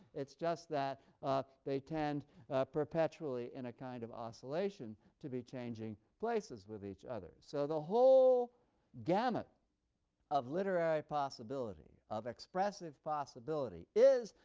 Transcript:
it's just that they tend perpetually in a kind of oscillation to be changing places with each other. so the whole gamut of literary possibility, of expressive possibility, is,